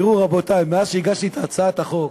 תראו, רבותי, מאז שהגשתי את הצעת החוק,